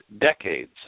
decades